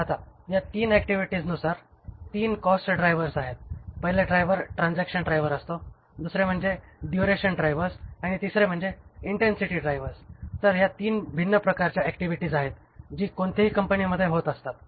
आता या 3 ऍक्टिव्हिटीजनुसार 3 कॉस्ट ड्रायव्हर्स आहेत पहिले ड्रायव्हर् ट्रान्झॅक्शन ड्राइव्हर् असतो दुसरे म्हणजे ड्युरेशन ड्रायव्हर्स आणि तिसरे म्हणजे इंटेंसिटी ड्राइव्हर्स तर ह्या 3 भिन्न प्रकारच्या ऍक्टिव्हिटीज आहेत जी कोणतीही कंपनीमध्ये होत असतात